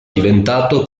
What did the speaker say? diventato